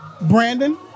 Brandon